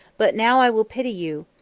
but now i will pity you,